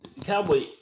Cowboy